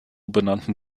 benannten